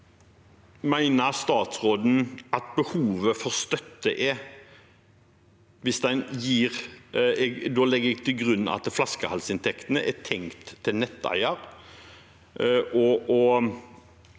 mener statsråden at behovet for støtte er, hvis en legger til grunn at flaskehalsinntektene er tenkt til netteier,